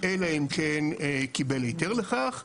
אלא אם כן קיבל היתר לכך,